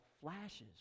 flashes